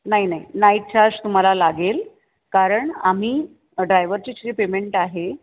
नाही नाही night charge तुम्हाला लागेल कारण आम्ही डायवरचे च्री पेमेंट आहे